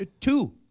Two